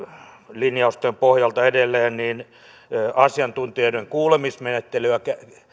linjausten pohjalta edelleen asiantuntijoiden kuulemismenettelyä